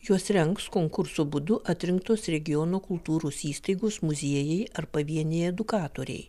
juos rengs konkurso būdu atrinktos regiono kultūros įstaigos muziejai ar pavieniai edukatoriai